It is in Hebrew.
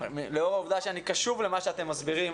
לאור העובדה שאני קשוב למה שאתם מסבירים